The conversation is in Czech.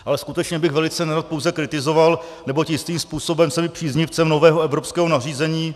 Ale skutečně bych velice nerad pouze kritizoval, neboť jistým způsobem jsem příznivcem nového evropského nařízení.